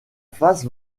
face